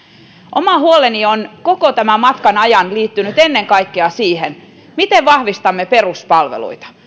oma huoleni on koko tämän matkan ajan liittynyt ennen kaikkea siihen miten vahvistamme peruspalveluita ja